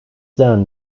then